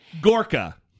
Gorka